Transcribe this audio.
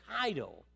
title